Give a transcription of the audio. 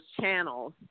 channels